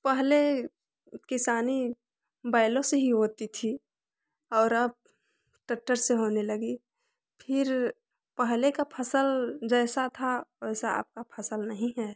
पहले किसानी बैलों से ही होती थी और अब ट्रेक्टर से होने लगी फिर पहले का फसल जैसा था वैसा अब का फसल नहीं है